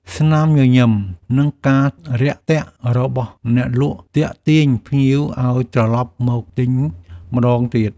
ស្នាមញញឹម និងការរាក់ទាក់របស់អ្នកលក់ទាក់ទាញភ្ញៀវឱ្យត្រឡប់មកទិញម្ដងទៀត។